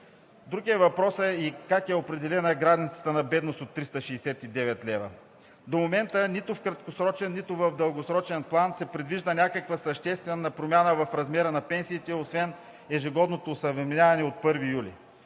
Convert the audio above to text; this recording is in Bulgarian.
Друг е въпросът как е определена границата на бедност от 369 лв. До момента нито в краткосрочен, нито в дългосрочен план се предвижда някаква съществена промяна в размера на пенсиите, освен ежегодното осъвременяване от 1 юли.